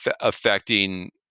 affecting